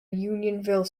unionville